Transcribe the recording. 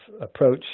approach